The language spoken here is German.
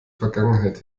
vergangenheit